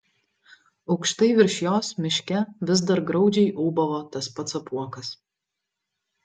aukštai virš jos miške vis dar graudžiai ūbavo tas pats apuokas